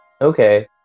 Okay